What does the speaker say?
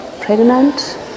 pregnant